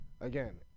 again